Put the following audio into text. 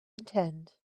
attend